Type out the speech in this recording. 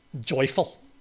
joyful